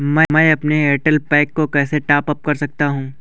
मैं अपने Airtel pack को कैसे टॉप अप कर सकता हूँ?